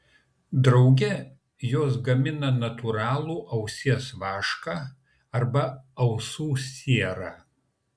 drauge jos gamina natūralų ausies vašką arba ausų sierą